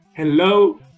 Hello